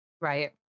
Right